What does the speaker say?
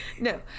No